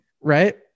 right